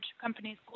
companies